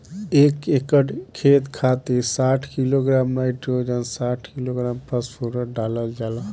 एक एकड़ खेत खातिर साठ किलोग्राम नाइट्रोजन साठ किलोग्राम फास्फोरस डालल जाला?